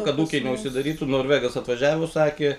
kad ūkiai neužsidarytų norvegas atvažiavo sakė